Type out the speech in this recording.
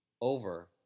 over